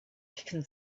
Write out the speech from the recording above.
can